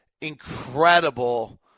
incredible